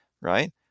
right